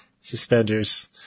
suspenders